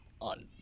on